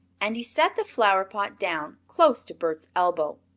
and he set the flower-pot down close to bert's elbow.